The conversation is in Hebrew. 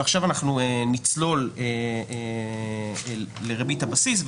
ועכשיו אנחנו נצלול לריבית הבסיס,